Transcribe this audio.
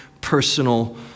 personal